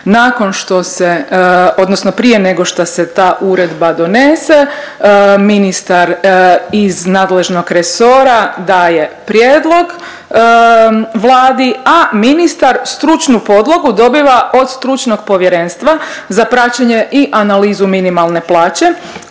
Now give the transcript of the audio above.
Nakon što se, odnosno prije nego što se ta uredba donese, ministar iz nadležnog resora daje prijedlog Vladi, a ministar stručnu podlogu dobiva od stručnog povjerenstva za praćenje i analizu minimalne plaće